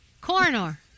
Coroner